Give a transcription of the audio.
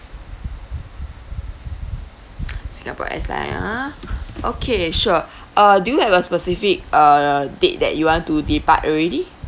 singapore S line ah okay sure uh do you have a specific uh date that you want to depart already